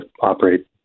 operate